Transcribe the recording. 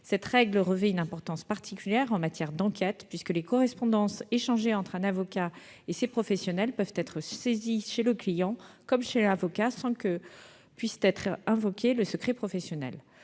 Cette règle revêt une importance particulière en matière d'enquête, puisque les correspondances échangées entre un avocat et ces professionnels peuvent être saisies chez le client comme chez l'avocat sans que puisse être invoqué le secret professionnel.